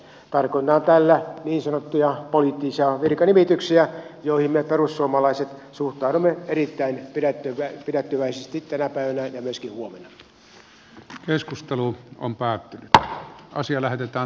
tarkoitan tällä niin sanottuja poliittisia virkanimityksiä joihin me perussuomalaiset suhtaudumme erittäin pidättyväisesti tänä päivänä ja myöskin huomenna